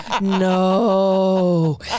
no